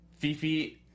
Fifi